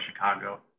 Chicago